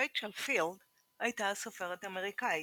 רייצ'ל פילד הייתה סופרת אמריקאית,